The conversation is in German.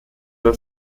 der